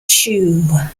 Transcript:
chew